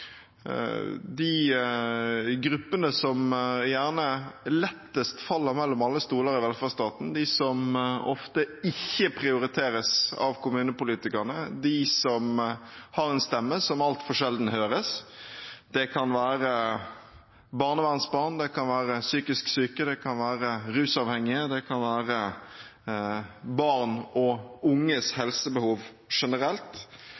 de gruppene som gjerne lett faller mellom alle stoler i velferdsstaten – de som ofte ikke prioriteres av kommunepolitikerne, de som har en stemme som altfor sjelden høres, f.eks. barnevernsbarn, psykisk syke og rusavhengige. Det kan også gjelde barn og unges helsebehov generelt.